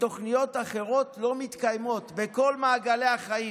ותוכניות אחרות לא מתקיימות בכל מעגלי החיים.